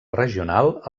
regional